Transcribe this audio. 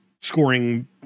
scoring